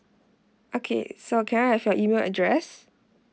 okay so can I have your email address